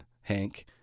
Hank